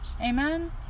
Amen